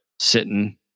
sitting